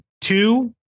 two